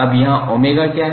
अब यहाँ 𝜔 क्या है